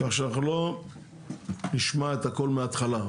כך שאנחנו לא נשמע את הכל מההתחלה.